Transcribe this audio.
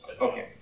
Okay